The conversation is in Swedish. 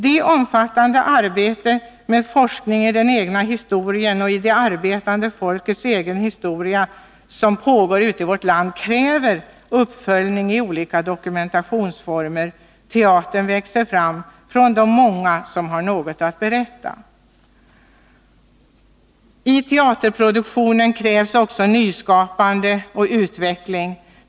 Det omfattande arbetet med forskning i den egna historien, i det arbetande folkets egen historia som pågår ute i vårt land, kräver uppföljning i olika dokumentationsformer. Teatern växer fram från de många som har något att berätta. I teaterproduktionen krävs också nyskapande och utveckling.